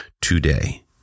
today